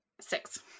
Six